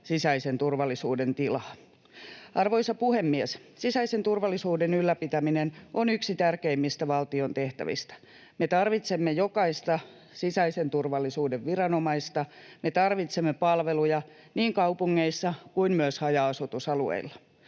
sisäisen turvallisuuden tilaa. Arvoisa puhemies! Sisäisen turvallisuuden ylläpitäminen on yksi tärkeimmistä valtion tehtävistä. Me tarvitsemme jokaista sisäisen turvallisuuden viranomaista. Me tarvitsemme palveluja niin kaupungeissa kuin myös haja-asutusalueilla.